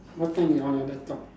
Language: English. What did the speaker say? what time you on your laptop